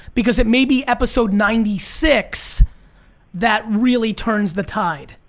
because it may be episode ninety six that really turns the tide.